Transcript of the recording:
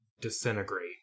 disintegrate